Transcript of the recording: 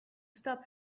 stop